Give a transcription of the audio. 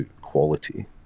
quality